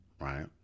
right